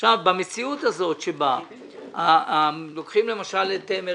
עכשיו במציאות הזאת שבה לוקחים, למשל, את "מרכבים"